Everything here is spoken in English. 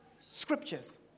scriptures